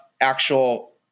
actual